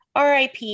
RIP